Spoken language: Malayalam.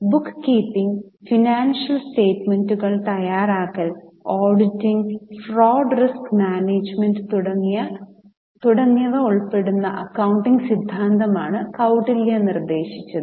ബുക്ക് കീപ്പിംഗ് ഫിനാൻഷ്യൽ സ്റ്റേറ്റ്മെന്റുകൾ തയ്യാറാക്കൽ ഓഡിറ്റിംഗ് ഫ്രോഡ് റിസ്ക് മാനേജുമെന്റ് തുടങ്ങിയവ ഉൾപ്പെടുന്ന അക്കൌണ്ടിംഗ് സിദ്ധാന്തമാണ് കൌടില്യ നിർദ്ദേശിച്ചത്